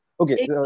Okay